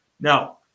now